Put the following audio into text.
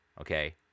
okay